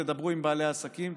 תדברו עם בעלי עסקים,